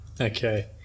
Okay